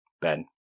Ben